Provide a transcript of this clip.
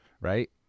right